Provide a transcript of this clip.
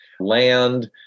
land